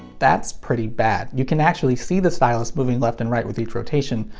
that's pretty bad. you can actually see the stylus moving left and right with each rotation,